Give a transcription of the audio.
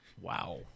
wow